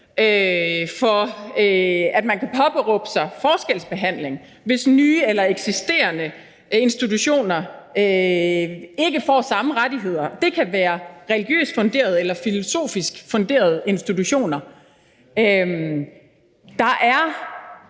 for, at man kan påberåbe sig forskelsbehandling, hvis nye eller eksisterende institutioner ikke får samme rettigheder – det kan være religiøst eller filosofisk funderede institutioner.